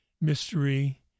mystery